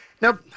Now